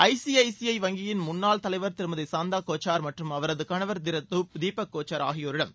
ICICI வங்கியின் முன்னாள் தலைவர் திருமதி சந்தா கோச்சர் மற்றும் அவரது கணவர் திரு தீபக் கோச்சர் ஆகியோரிடம்